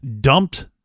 dumped